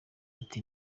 ati